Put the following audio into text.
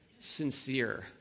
sincere